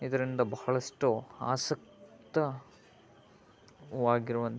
ಇದರಿಂದ ಬಹಳಷ್ಟು ಆಸಕ್ತವಾಗಿರುವಂತಹ